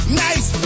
nice